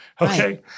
okay